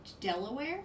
Delaware